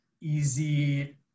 easy